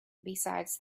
besides